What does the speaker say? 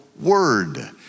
word